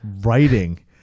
writing